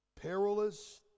perilous